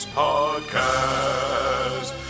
podcast